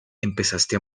empezaste